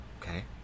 Okay